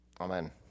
Amen